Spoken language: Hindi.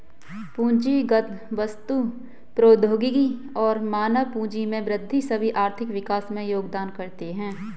पूंजीगत वस्तु, प्रौद्योगिकी और मानव पूंजी में वृद्धि सभी आर्थिक विकास में योगदान करते है